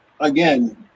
again